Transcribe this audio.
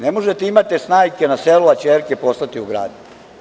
Ne možete imati snajke na selu, a ćerke poslati u grad.